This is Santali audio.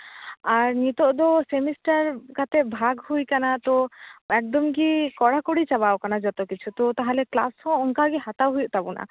ᱟᱨ ᱱᱤᱛᱳᱜ ᱫᱚ ᱥᱮᱢᱤᱥᱴᱟᱨ ᱠᱟᱛᱮ ᱵᱷᱟᱜᱽ ᱦᱩᱭ ᱠᱟᱱᱟ ᱛᱚ ᱮᱠᱫᱚᱢ ᱜᱤ ᱠᱚᱲᱟᱠᱚᱲᱤ ᱪᱟᱵᱟᱣ ᱠᱟᱱᱟ ᱡᱚᱛᱚ ᱠᱤᱪᱷᱩ ᱛᱚ ᱛᱟᱦᱚᱞᱮ ᱠᱞᱟᱥ ᱦᱚᱸ ᱚᱱᱠᱟ ᱜᱮ ᱦᱟᱛᱟᱣ ᱦᱩᱭᱩᱜ ᱛᱟᱵᱚᱱᱟ